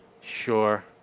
Sure